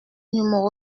numéro